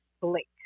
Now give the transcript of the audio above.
Blake